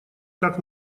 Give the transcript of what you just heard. как